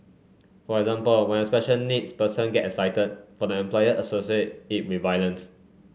for example when a special needs person get excited for the employer associate it with violence